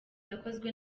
yakozwe